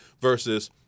versus